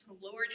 Lord